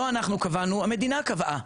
לא אנחנו קבענו, המדינה קבעה.